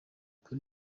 kuri